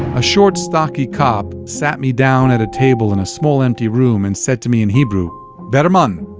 a short stocky cop sat me down at a table in a small empty room and said to me in hebrew berman,